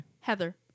Heather